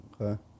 Okay